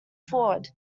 forward